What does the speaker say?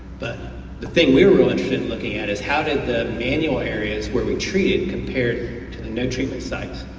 but the thing we were interested in looking at is how did the manual areas where we treated compare to the no treatment sites.